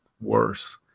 worse